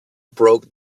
broke